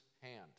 hand